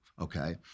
okay